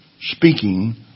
speaking